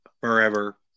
forever